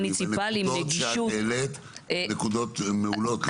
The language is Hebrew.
נגישות --- הנקודות שאת העלית הן נקודות מעולות.